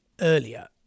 earlier